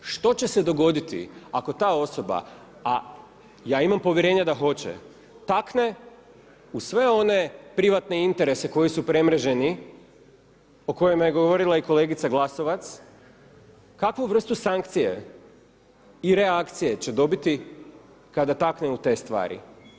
Što će se dogoditi ako ta osoba, a ja imam povjerenja da hoće, takne u sve one privatne interese koji su premrženi, o kojima je govorila i kolegica Glasovac, kakvu vrstu sankcije i reakcije će dobiti kada taknu u te stvari?